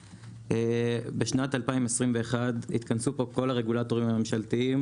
בשנת 2021 התכנסנו פה כל הרגולטורים הממשלתיים